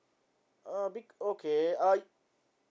a bit okay uh